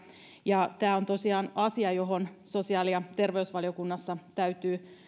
ja tämä on tosiaan asia joka sosiaali ja terveysvaliokunnassa täytyy